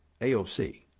AOC